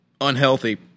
unhealthy